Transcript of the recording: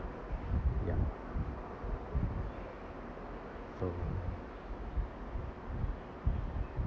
ya so